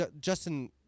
Justin